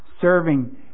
serving